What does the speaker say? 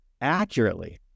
accurately